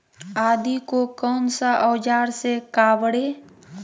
आदि को कौन सा औजार से काबरे?